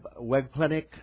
webclinic